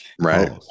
Right